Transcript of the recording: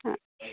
ਹਾਂ